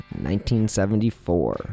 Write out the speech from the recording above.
1974